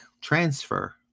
transfer